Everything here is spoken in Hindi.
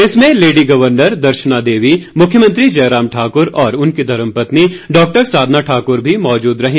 इसमें लेडी गर्वनर दर्शना देवी मुख्यमंत्री जयराम ठाक्र और उनकी धर्मपत्नी डॉक्टर साधना ठाकुर भी मौजूद रहीं